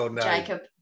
jacob